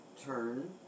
turn